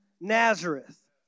Nazareth